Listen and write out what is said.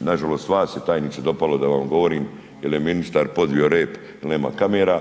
nažalost vas je tajniče dopalo da vam govorim jel je ministar podvio rep jel nema kamera,